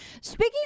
Speaking